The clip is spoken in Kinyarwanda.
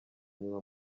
nyuma